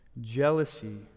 jealousy